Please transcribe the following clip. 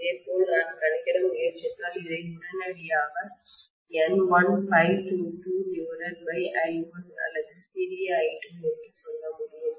இதேபோல் நான் கணக்கிட முயற்சித்தால் இதை உடனடியாக N1∅22I1 அல்லது சிறிய i2 என்று சொல்ல முடியும்